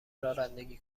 رانندگی